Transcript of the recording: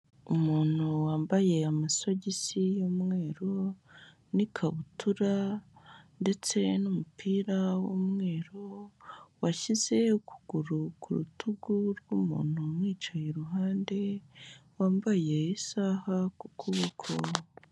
Umuntu wambaye amasogisi y'umweru n'ikabutura ndetse n'umupira w'umweru, washyize ukuguru ku rutugu rw'umuntu umwicaye iruhande, wambaye isaha ku kuboko.